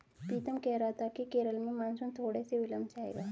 पीतम कह रहा था कि केरल में मॉनसून थोड़े से विलंब से आएगा